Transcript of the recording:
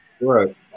Right